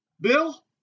Bill